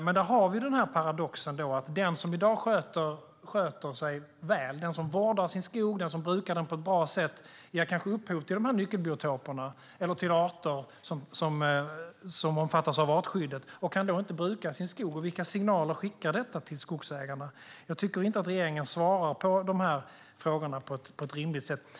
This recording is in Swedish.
Men då har vi paradoxen att den som i dag sköter sig väl, vårdar sin skog och brukar den på ett bra sätt kanske ger upphov till de här nyckelbiotoperna eller till arter som omfattas av artskyddet och då inte kan bruka sin skog. Vilka signaler skickar detta till skogsägarna? Jag tycker inte att regeringen svarar på de här frågorna på ett rimligt sätt.